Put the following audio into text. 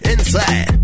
inside